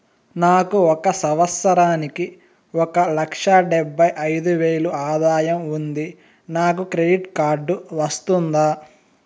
నాకు ఒక సంవత్సరానికి ఒక లక్ష డెబ్బై అయిదు వేలు ఆదాయం ఉంది నాకు క్రెడిట్ కార్డు వస్తుందా?